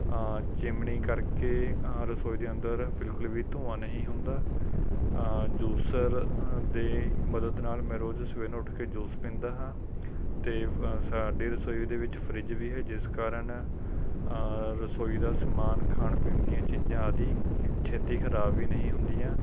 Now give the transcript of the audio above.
chimney ਕਰਕੇ ਰਸੋਈ ਦੇ ਅੰਦਰ ਬਿਲਕੁਲ ਵੀ ਧੂੰਆਂ ਨਹੀਂ ਹੁੰਦਾ ਜੂਸਰ ਦੇ ਮਦਦ ਨਾਲ ਮੈਂ ਰੋਜ਼ ਸਵੇਰ ਨੂੰ ਉੱਠ ਕੇ ਜੂਸ ਪੀਂਦਾ ਹਾਂ ਅਤੇ ਸਾਡੀ ਰਸੋਈ ਦੇ ਵਿੱਚ ਫਰਿੱਜ ਵੀ ਹੈ ਜਿਸ ਕਾਰਨ ਰਸੋਈ ਦਾ ਸਮਾਨ ਖਾਣ ਪੀਣ ਦੀਆਂ ਚੀਜ਼ਾਂ ਆਦਿ ਛੇਤੀ ਖਰਾਬ ਵੀ ਨਹੀਂ ਹੁੰਦੀਆਂ